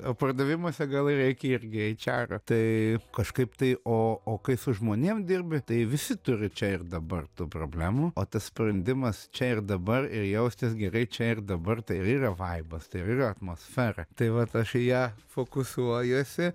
o pardavimuose gal ir reikia irgi aičaro tai kažkaip tai o o kai su žmonėm dirbi tai visi turi čia ir dabar tų problemų o tas sprendimas čia ir dabar ir jaustis gerai čia ir dabar tai ir yra vaibas tai ir yra atmosfera tai vat aš į ją fokusuojuosi